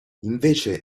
invece